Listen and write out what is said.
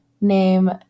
name